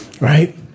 right